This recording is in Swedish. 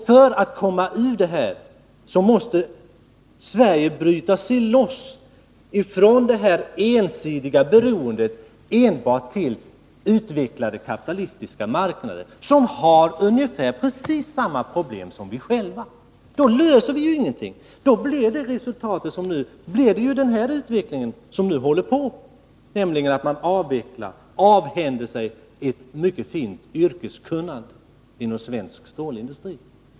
För att komma ur det här läget måste Sverige bryta sig loss från det ensidiga beroendet av utvecklade kapitalistiska marknader, som har precis samma problem som vi själva. Annars blir resultatet den utveckling som nu pågår, nämligen att man avvecklar och avhänder sig ett mycket fint yrkeskunnande inom svensk stålindustri.